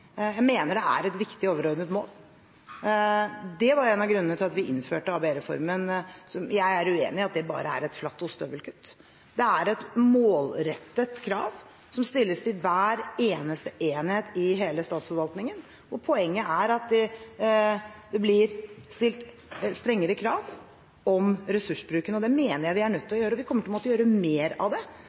Jeg mener det er et viktig overordnet mål. Det var en av grunnene til at vi innførte ABE-reformen. Jeg er uenig i at det bare er et flatt ostehøvelkutt. Det er et målrettet krav som stilles til hver eneste enhet i hele statsforvaltningen, og poenget er at det blir stilt strengere krav om ressursbruken. Det mener jeg vi er nødt til å gjøre, og vi kommer til å måtte gjøre mer av det